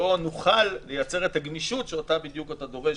בו נוכל לייצר את הגמישות שאותה בדיוק אתה דורש,